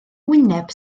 wyneb